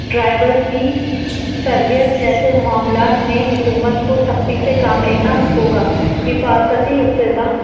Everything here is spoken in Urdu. ڈرائیورس کی تربیت جیسے معاملات میں حکومت کو سختی سے کام لینا ہوگا حفاظتی اقتدا